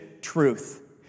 truth